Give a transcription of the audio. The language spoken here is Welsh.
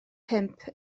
pump